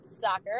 soccer